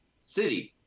city